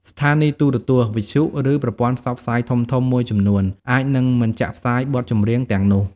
ស្ថានីយទូរទស្សន៍ វិទ្យុ ឬប្រព័ន្ធផ្សព្វផ្សាយធំៗមួយចំនួនអាចនឹងមិនចាក់ផ្សាយបទចម្រៀងទាំងនោះ។